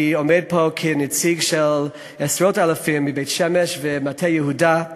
אני עומד פה כנציג של עשרות-אלפים מבית-שמש ומטה-יהודה.